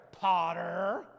Potter